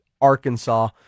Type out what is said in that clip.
Arkansas